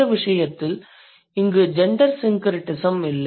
இந்த விசயத்தில் இங்கு ஜெண்டர் syncretism இல்லை